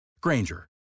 Granger